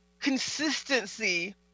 consistency